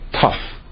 Tough